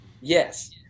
yes